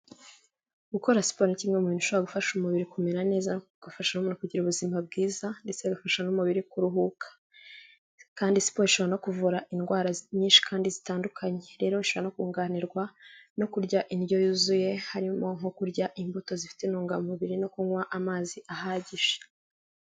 Gukora siporo ni kimwe mu bishobora gufasha umubiri kumera neza bigafasha umuntu kugira ubuzima bwiza ndetse bifasha n'umubiri kuruhuka, kandi sipo ishobora no kuvura indwara nyinshi kandi zitandukanye, rero bishobora no kunganirwa no kurya indyo yuzuye harimo nko kurya imbuto zifite intungamubiri no kunywa amazi ahagije.